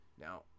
Now